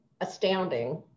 astounding